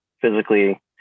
physically